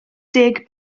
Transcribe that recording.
deg